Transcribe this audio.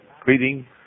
greeting